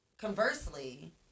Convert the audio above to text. conversely